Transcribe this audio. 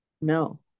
No